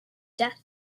death